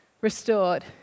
restored